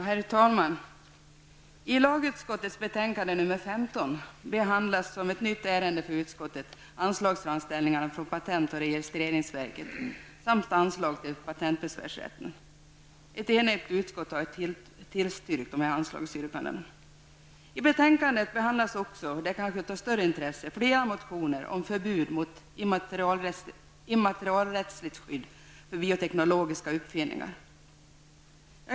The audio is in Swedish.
Herr talman! I lagutskottets betänkande nr 15 behandlas -- som ett nytt ärende för utskottet -- anslagsframställningarna från patent och registreringsverket samt anslag till patentbesvärsrätten. Ett enigt utskott har tillstyrkt dessa anslagsyrkanden. I betänkandet behandlas också, och det kanske är av större intresse, flera motioner om förbud mot immaterialrättsligt skydd för bioteknologiska uppfinningar.